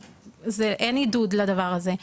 אין עידוד לדבר הזה.